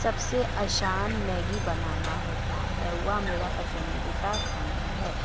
सबसे आसान मैगी बनाना होता है वह मेरा पसंदीदी खाना है